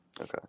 Okay